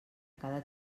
cada